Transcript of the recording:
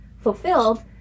fulfilled